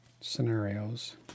scenarios